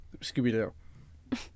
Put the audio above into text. scooby-doo